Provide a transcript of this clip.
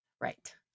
right